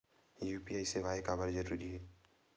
UPI सेवाएं काबर जरूरी हे?